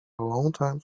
longtime